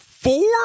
Four